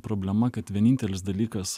problema kad vienintelis dalykas